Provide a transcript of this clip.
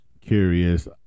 curious